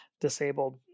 disabled